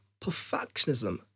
perfectionism